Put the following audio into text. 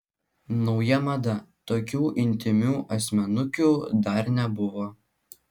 nauja mada tokių intymių asmenukių dar nebuvo